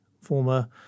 former